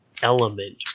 element